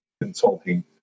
consulting